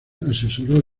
asesoró